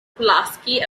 pulaski